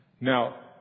Now